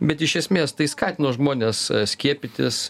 bet iš esmės tai skatino žmones skiepytis